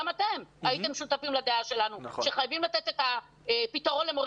גם אתם הייתם שותפים לדעה שלנו שחייבים לתת את הפתרון למורים